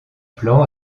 plan